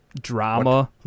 Drama